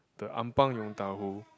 the Ampang Yong-Tau-Foo